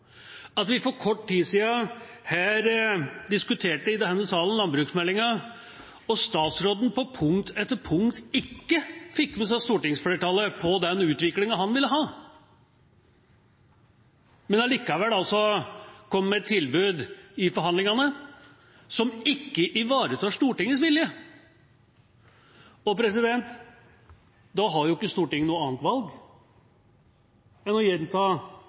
at vi for kort tid siden diskuterte landbruksmeldinga her i denne salen, og statsråden på punkt etter punkt ikke fikk med seg stortingsflertallet på den utviklingen han ville ha, men kom allikevel med et tilbud i forhandlingene som ikke ivaretar Stortingets vilje. Da har ikke Stortinget noe annet valg enn å gjenta